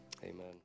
Amen